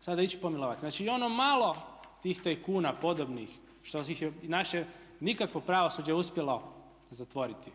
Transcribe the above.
sada ići pomilovati. Znači i ono malo tih tajkuna podobnih što ih je i naše nikakvo pravosuđe uspjelo zatvoriti.